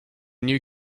new